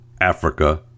Africa